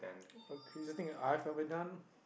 a crazy thing that I have ever done